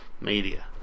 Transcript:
media